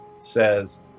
says